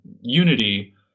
Unity